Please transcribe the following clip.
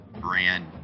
brand